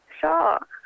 Sure